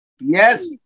yes